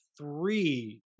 three